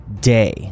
Day